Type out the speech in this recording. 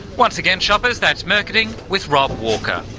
once again shoppers, that's murketing with rob walker.